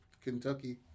Kentucky